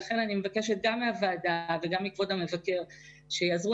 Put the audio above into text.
לכן אני מבקשת גם מהוועדה וגם מכבוד המבקר שיעזרו